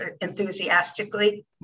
enthusiastically